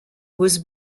was